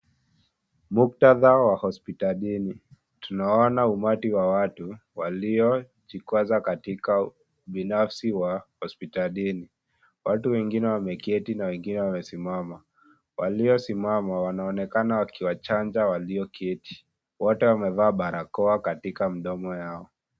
Muktadaha wa hospitalini. Tunaona umati wa watu waliojikwaza katika ubinafsi wa hospitalini. Watu wengine wameketi na wengine wamesimama. Waliosimama wanaonekana wakiwachanja walioketi. Wote wamevaa barakoa katika midomo yao.